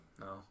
No